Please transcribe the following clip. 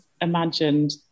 imagined